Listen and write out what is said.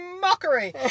mockery